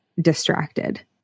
distracted